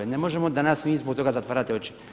I ne možemo danas mi zbog toga zatvarati oči.